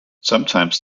sometimes